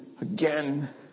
again